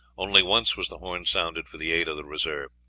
only once was the horn sounded for the aid of the reserve.